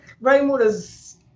rainwater's